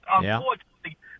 Unfortunately